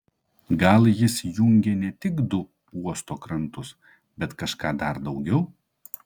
gal jis jungė ne tik du uosto krantus bet kažką dar daugiau